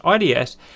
ids